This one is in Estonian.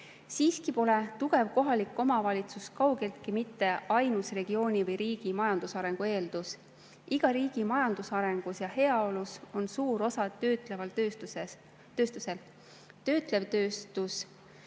Siiski pole tugev kohalik omavalitsus kaugeltki mitte ainus regiooni või riigi majandusarengu eeldus. Iga riigi majandusarengus ja heaolus on suur osa töötleval tööstusel. Töötlev tööstus